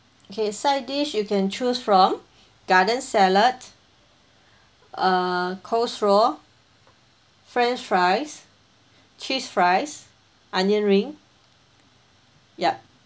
okay side dish you can choose from garden salad err coleslaw french fries cheese fries onion ring yup